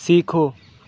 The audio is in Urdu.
سیکھو